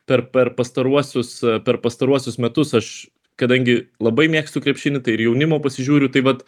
per per pastaruosius per pastaruosius metus aš kadangi labai mėgstu krepšinį tai ir jaunimo pasižiūriu tai vat